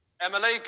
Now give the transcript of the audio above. Emily